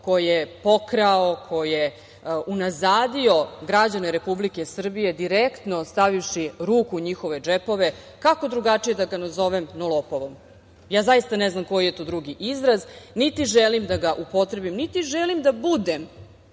ko je pokrao, ko je unazadio građane Republike Srbije, direktno stavivši ruku u njihove džepove. Kako drugačije da ga nazovem no lopovom? Zaista ne znam koji je to drugi izraz, niti želim da ga upotrebim, niti želim da budem